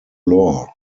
lore